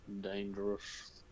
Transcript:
dangerous